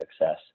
success